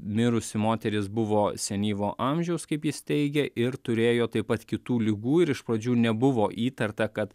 mirusi moteris buvo senyvo amžiaus kaip jis teigė ir turėjo taip pat kitų ligų ir iš pradžių nebuvo įtarta kad